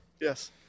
Yes